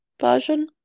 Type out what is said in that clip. version